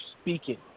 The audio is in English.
speaking